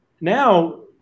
now